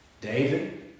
David